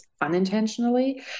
unintentionally